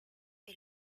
est